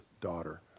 daughter